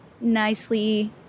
nicely